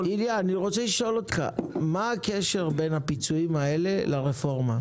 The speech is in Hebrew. איליה, מה הקשר בין הפיצויים האלה לבין הרפורמה?